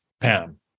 Pam